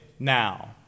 Now